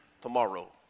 tomorrow